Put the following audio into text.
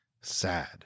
sad